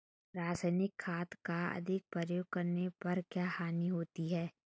रासायनिक खाद का अधिक प्रयोग करने पर क्या हानि होती है?